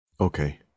Okay